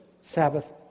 Sabbath